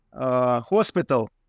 hospital